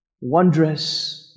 wondrous